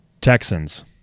Texans